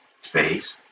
space